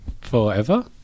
Forever